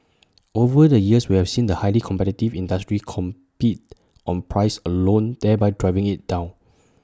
over the years we have seen the highly competitive industry compete on price alone thereby driving IT down